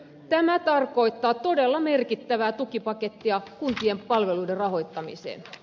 tämä tarkoittaa todella merkittävää tukipakettia kuntien palveluiden rahoittamiseen